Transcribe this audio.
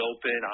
Open